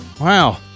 Wow